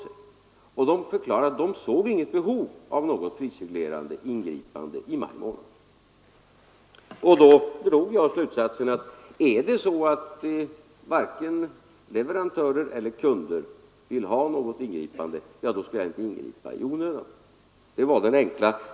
De förklarade alltså i maj månad att de inte såg något behov av ett prisreglerande ingripande. Då drog jag slutsatsen: Är det så att varken leverantörer eller kunder vill ha något ingripande skall jag inte ingripa i onödan.